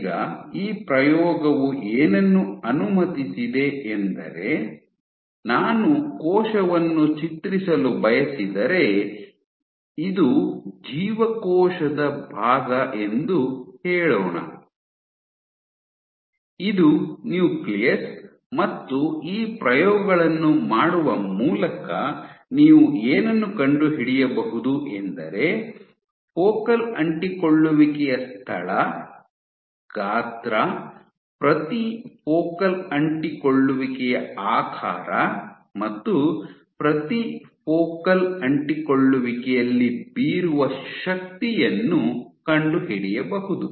ಈಗ ಈ ಪ್ರಯೋಗವು ಏನನ್ನು ಅನುಮತಿಸಿದೆ ಎಂದರೆ ನಾನು ಕೋಶವನ್ನು ಚಿತ್ರಿಸಲು ಬಯಸಿದರೆ ಇದು ಜೀವಕೋಶದ ಭಾಗ ಎಂದು ಹೇಳೋಣ ಇದು ನ್ಯೂಕ್ಲಿಯಸ್ ಮತ್ತು ಈ ಪ್ರಯೋಗಗಳನ್ನು ಮಾಡುವ ಮೂಲಕ ನೀವು ಏನನ್ನು ಕಂಡುಹಿಡಿಯಬಹುದು ಎಂದರೆ ಫೋಕಲ್ ಅಂಟಿಕೊಳ್ಳುವಿಕೆಯ ಸ್ಥಳ ಗಾತ್ರ ಪ್ರತಿ ಫೋಕಲ್ ಅಂಟಿಕೊಳ್ಳುವಿಕೆಯ ಆಕಾರ ಮತ್ತು ಪ್ರತಿ ಫೋಕಲ್ ಅಂಟಿಕೊಳ್ಳುವಿಕೆಯಲ್ಲಿ ಬೀರುವ ಶಕ್ತಿಯನ್ನು ಕಂಡುಹಿಡಿಯಬಹುದು